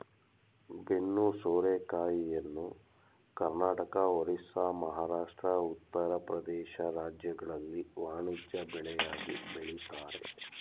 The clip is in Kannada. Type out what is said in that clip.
ಬೆನ್ನು ಸೋರೆಕಾಯಿಯನ್ನು ಕರ್ನಾಟಕ, ಒರಿಸ್ಸಾ, ಮಹಾರಾಷ್ಟ್ರ, ಉತ್ತರ ಪ್ರದೇಶ ರಾಜ್ಯಗಳಲ್ಲಿ ವಾಣಿಜ್ಯ ಬೆಳೆಯಾಗಿ ಬೆಳಿತರೆ